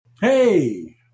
Hey